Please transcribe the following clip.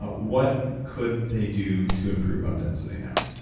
what could they do to improve bone density now?